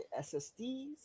SSDs